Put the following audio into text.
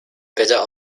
better